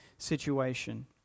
situation